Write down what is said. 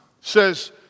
says